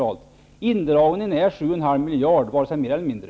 Indragningen är 7,5 miljarder -- varken mer eller mindre.